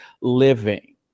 living